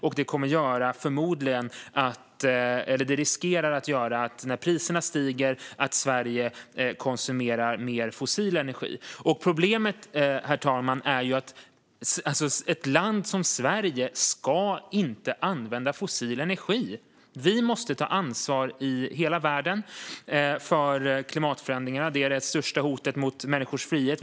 När priserna stiger finns det risk att Sverige kommer att konsumera mer fossil energi. Problemet, herr talman, är ju att ett land som Sverige inte ska använda fossil energi. Vi måste ta ansvar i hela världen för klimatförändringarna. Det är det största hotet mot människors frihet.